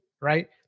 right